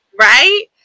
Right